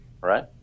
right